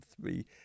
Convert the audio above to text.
three